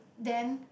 then